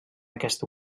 aquesta